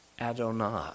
Adonai